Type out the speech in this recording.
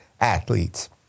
athletes